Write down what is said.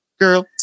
Girl